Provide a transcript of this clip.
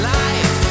life